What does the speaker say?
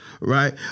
right